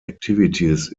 activities